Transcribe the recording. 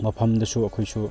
ꯃꯐꯝꯗꯁꯨ ꯑꯩꯈꯣꯏꯁꯨ